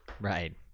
right